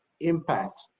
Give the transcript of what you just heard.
impact